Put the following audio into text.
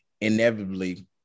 inevitably